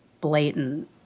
blatant